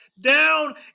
down